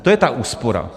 To je ta úspora.